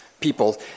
people